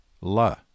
La